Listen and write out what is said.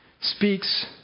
speaks